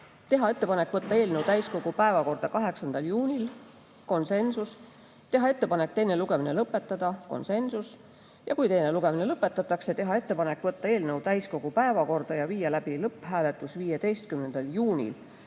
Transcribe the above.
teha ettepanek võtta eelnõu täiskogu päevakorda 8. juunil, siin oli konsensus, teha ettepanek teine lugemine lõpetada, siin oli konsensus, ja kui teine lugemine lõpetatakse, teha ettepanek võtta eelnõu täiskogu päevakorda ja viia läbi lõpphääletus 15. juunil,